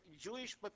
Jewish